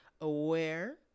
aware